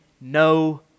no